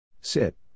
Sit